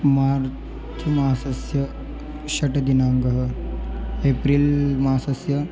मार्च् मासस्य षष्ठः दिनाङ्कः एप्रिल्मासस्य